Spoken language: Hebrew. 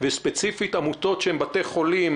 וספציפית עמותות שהן בתי חולים